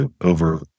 Over